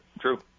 true